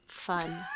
fun